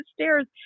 stairs